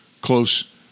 close